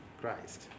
Christ